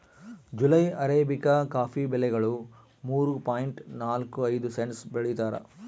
July arabica coffee ಬೆಲೆಗಳು ಮೂರು point ನಾಲ್ಕು ಐದು ಸೆಂಟ್ಸ್ ಬೆಳೀತಾರ